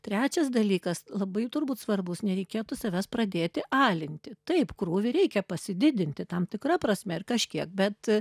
trečias dalykas labai turbūt svarbus nereikėtų savęs pradėti alinti taip krūvį reikia pasididinti tam tikra prasme ir kažkiek bet